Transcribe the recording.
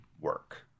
work